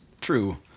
true